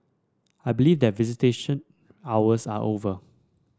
I believe that visitation hours are over